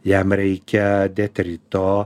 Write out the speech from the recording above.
jam reikia detrito